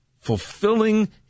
fulfilling